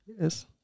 Yes